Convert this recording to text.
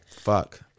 Fuck